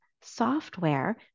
software